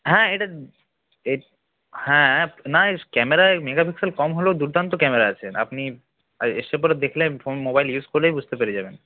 হ্যাঁ এটা হ্যাঁ না এর ক্যামেরায় মেগাপিক্সেল কম হলেও দুর্দান্ত ক্যামেরা আছে আপনি এসে পরে দেখলে ফোন মোবাইল ইউস করলেই বুঝতে পেরে যাবেন